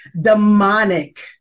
demonic